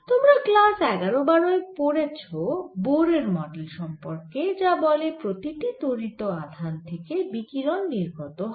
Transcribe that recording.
তোমরা ক্লাস এগারো বারোয় পড়েছ বোরের মডেল Bohr's model সম্পর্কে যা বলে প্রতি টি ত্বরিত আধান থেকে বিকিরণ নির্গত হয়